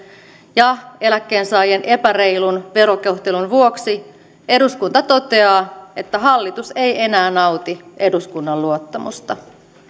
ja eläkkeensaajien epäreilun verokohtelun vuoksi eduskunta toteaa että hallitus ei enää nauti eduskunnan luottamusta kiitos